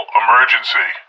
emergency